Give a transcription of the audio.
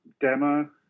demo